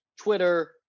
Twitter